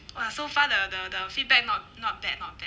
!wah! so far the the the feedback not not bad not bad